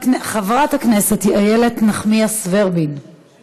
חברת הכנסת איילת נחמיאס ורבין, אני